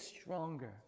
stronger